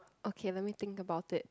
okay let me think about it